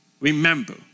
Remember